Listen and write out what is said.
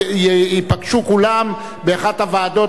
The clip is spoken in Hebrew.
ייפגשו כולם באחת הוועדות.